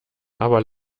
aber